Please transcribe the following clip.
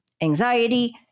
anxiety